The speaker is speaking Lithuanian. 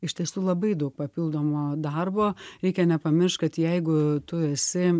iš tiesų labai daug papildomo darbo reikia nepamiršt kad jeigu tu esi